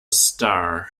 star